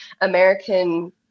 American